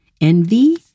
envy